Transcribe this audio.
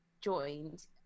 joined